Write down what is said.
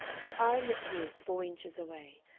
her eye met his four inches away,